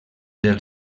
del